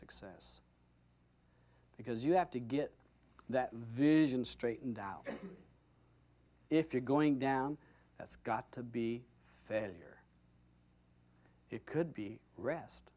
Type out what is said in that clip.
success because you have to get that vision straightened out if you're going down that's got to be failure it could be rest